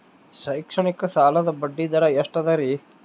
ಶೈಕ್ಷಣಿಕ ಸಾಲದ ಬಡ್ಡಿ ದರ ಎಷ್ಟು ಅದರಿ?